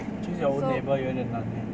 choose your own neighbour 有点难 leh